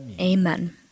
Amen